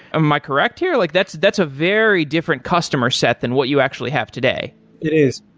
am i correct here? like that's that's a very different customer set than what you actually have today. it is.